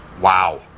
Wow